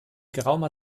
geraumer